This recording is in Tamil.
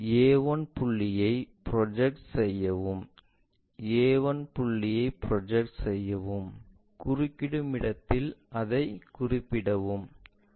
a1 புள்ளியைத் ப்ரொஜெக்ட் செய்யவும் a1 புள்ளியைக் ப்ரொஜெக்ட் செய்யவும் குறுக்கிடும் இடத்தில் அதைக் குறிப்பிடவும்